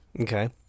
Okay